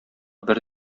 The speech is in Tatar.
бер